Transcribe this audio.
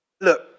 Look